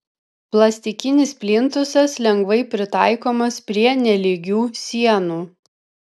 plastikinis plintusas lengvai pritaikomas prie nelygių sienų